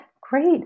Great